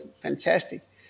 fantastic